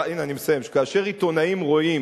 הנה אני מסיים, שכאשר עיתונאים רואים